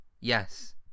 Yes